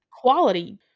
quality